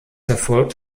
erfolgt